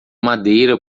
madeira